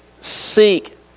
seek